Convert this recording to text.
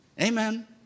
Amen